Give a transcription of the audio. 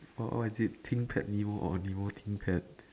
oh what is it Thinkpad nemo or nemo Thinkpad